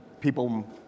People